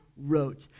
wrote